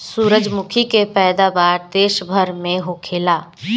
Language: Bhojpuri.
सूरजमुखी के पैदावार देश भर में होखेला